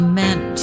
meant